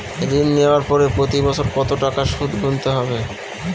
ঋণ নেওয়ার পরে প্রতি বছর কত টাকা সুদ গুনতে হবে?